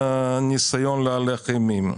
ניסיון להלך אימים.